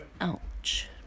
Ouch